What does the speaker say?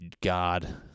God